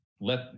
let